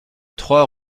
trois